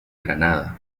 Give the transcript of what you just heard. granada